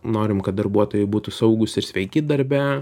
norim kad darbuotojai būtų saugūs ir sveiki darbe